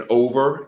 over